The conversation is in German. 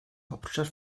hauptstadt